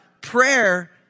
prayer